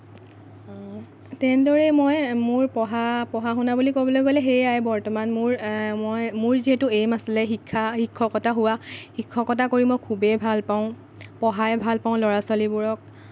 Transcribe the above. তেনেদৰেই মই মোৰ পঢ়া পঢ়া শুনা বুলি ক'বলৈ গ'লে সেইয়াই বৰ্তমান মোৰ মই মোৰ যিহেতু এইম আছিলে শিক্ষা শিক্ষকতা হোৱা শিক্ষকতা কৰি মই খুবেই ভাল পাওঁ পঢ়াই ভাল পাওঁ ল'ৰা ছোৱালীবোৰক